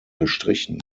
gestrichen